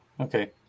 okay